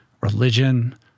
religion